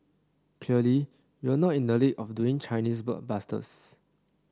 clearly we're not in the league of doing Chinese blockbusters